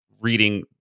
reading